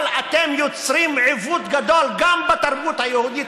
אבל אתם יוצרים עיוות גדול גם בתרבות היהודית